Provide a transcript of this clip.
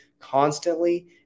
Constantly